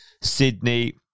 Sydney